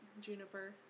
Juniper